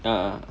a'ah